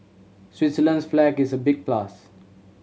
Switzerland's flag is a big plus